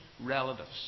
relatives